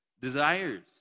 Desires